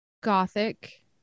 gothic